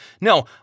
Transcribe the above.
No